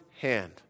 hand